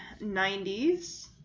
90s